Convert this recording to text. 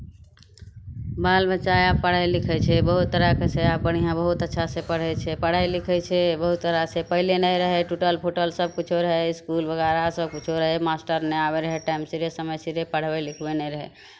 बाल बच्चा आब पढ़ै लिखै छै बहुत तरहके छै आब बढ़िआँ बहुत अच्छासँ पढ़ै छै पढ़ै लिखै छै बहुत तरहसँ पहिले नहि रहै टूटल फूटल सभकिछो रहै इसकुल वगैरह सभकिछो रहै मास्टर नहि आबैत रहै टाइम सिरे समय सिरे पढ़बै लिखबै नहि रहै